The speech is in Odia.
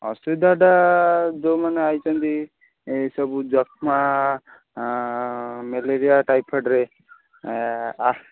ଅସୁବିଧାଟା ଯୋଉମାନେ ଆଇଛନ୍ତି ଏଇସବୁ ଯକ୍ଷ୍ମା ମେଲେରିଆ ଟାଇଫଏଡ଼ରେ